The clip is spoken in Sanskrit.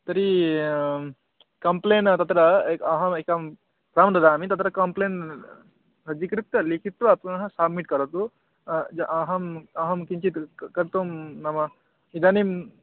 तर्हि कम्प्लेन् तत्र एकम् अहम् एकं पार्म् ददामि तत्र कम्प्लेण्ट् सज्जीकृत्य लिखित्वा पुनः साब्मिट् कर्तुं अहम् अहं किञ्चित् कर्तुं नाम इदानीं